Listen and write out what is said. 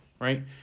right